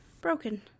Broken